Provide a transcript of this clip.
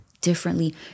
differently